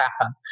happen